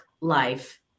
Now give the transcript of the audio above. life